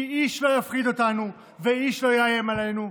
כי איש לא יפחיד אותנו ואיש לא יאיים עלינו.